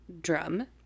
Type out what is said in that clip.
drum